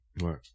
Right